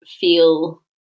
feel